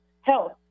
health